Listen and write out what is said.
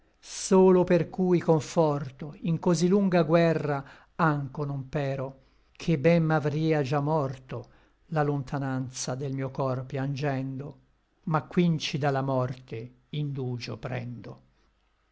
solo per cui conforto in cosí lunga guerra ancho non pèro ché ben m'avria già morto la lontananza del mio cor piangendo ma quinci da la morte indugio prendo